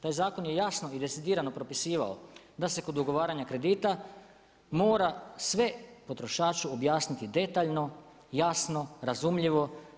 Taj zakon je jasno i decidirano propisivao, da se kod ugovaranja kredita, mora sve potrošaču objasniti detaljno, jasno, razumljivo.